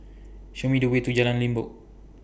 Show Me The Way to Jalan Limbok